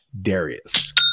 Darius